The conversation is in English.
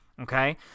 Okay